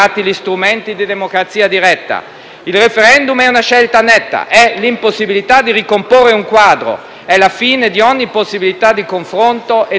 Il *referendum* è una scelta netta, è l'impossibilità di ricomporre un quadro, è la fine di ogni possibilità di confronto e di mediazione.